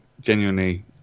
genuinely